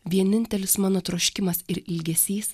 vienintelis mano troškimas ir ilgesys